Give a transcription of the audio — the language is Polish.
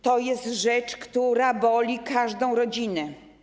To jest rzecz, która boli każdą rodzinę.